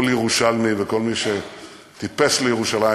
כל ירושלמי וכל מי שטיפס לירושלים